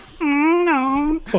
No